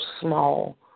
small